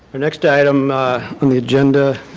next item on the agenda,